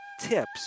tips